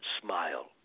smile